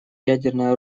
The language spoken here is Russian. ядерное